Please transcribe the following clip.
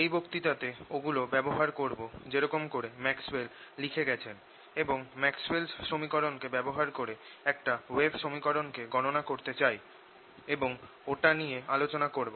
এই বক্তৃতাতে ওগুলো ব্যবহার করব যেরকম করে ম্যাক্সওয়েল লিখে গেছেন এবং ম্যাক্সওয়েল'স সমীকরণকে ব্যবহার করে একটা ওয়েভ সমীকরণ কে গণনা করতে চাই এবং ওটা নিয়ে আলোচনা করব